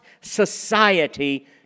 society